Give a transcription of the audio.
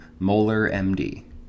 MolarMD